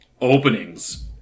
openings